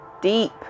deep